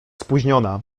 spóźniona